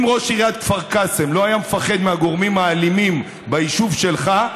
אם ראש עיריית כפר קאסם לא היה מפחד מהגורמים האלימים ביישוב שלך,